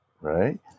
right